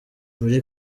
muri